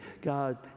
God